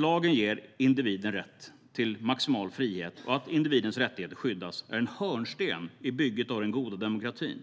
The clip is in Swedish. Lagen ger individen rätt till maximal frihet, och att individens rättigheter skyddas är en hörnsten i bygget av den goda demokratin.